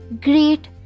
great